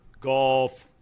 golf